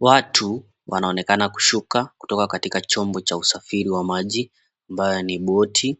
Watu wanaonekana kushuka kutuka katika chombo cha usafiri wa maji ambayo ni boti.